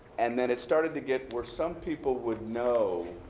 and then, it started to get were some people would know.